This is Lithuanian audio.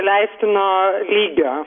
leistino lygio